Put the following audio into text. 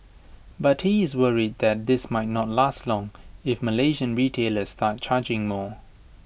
but he is worried that this might not last long if Malaysian retailers start charging more